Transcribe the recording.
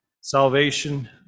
salvation